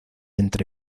entre